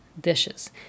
dishes